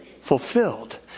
fulfilled